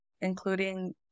including